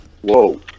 Whoa